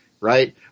right